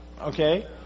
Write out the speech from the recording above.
Okay